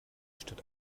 stadt